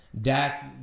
Dak